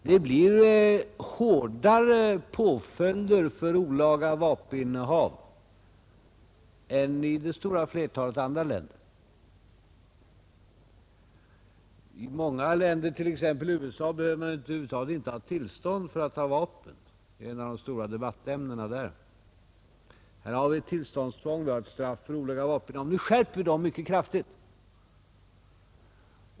Det blir hårdare påföljder i vårt land för olaga vapeninnehav än i det stora flertalet andra länder. I många länder, t.ex. USA, behöver man över huvud taget inte ha tillstånd för att inneha vapen. Det är ett av de stora debattämnena där. Här har vi tillståndstvång och straff för olaga vapeninnehav. Vi skärper nu straffen mycket kraftigt.